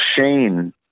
Shane –